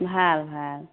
ভাল ভাল